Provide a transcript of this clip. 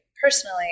Personally